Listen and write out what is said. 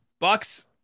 Bucks